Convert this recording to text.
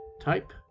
Type